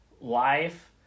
life